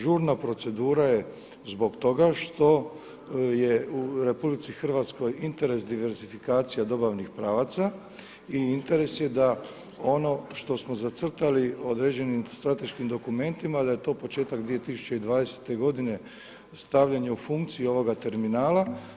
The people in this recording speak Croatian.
Žurna procedura je zbog toga što je u RH interes diversifikacija dobavnih pravaca i interes je da ono što smo zacrtali određenim strateškim dokumentima da je to početak 2020. godine stavljanje u funkciju ovoga terminala.